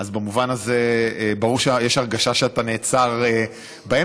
אז במובן הזה ברור שיש הרגשה שאתה נעצר באמצע,